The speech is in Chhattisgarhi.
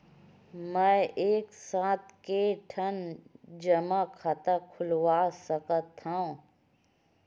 मैं एक साथ के ठन जमा खाता खुलवाय सकथव?